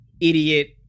idiot